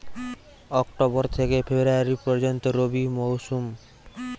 October থেকে February পর্যন্ত রবি মৌসুম